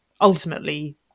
ultimately